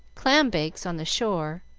clambakes on the shore,